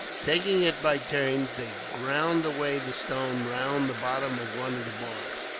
taking it by turns, they ground away the stone round the bottom of one of the bars.